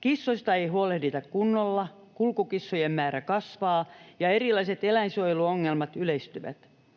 kissoista ei huolehdita kunnolla, kulkukissojen määrä kasvaa, ja erilaiset eläinsuojeluongelmat yleistyvät.